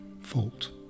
fault